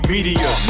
Media